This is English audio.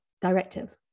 directive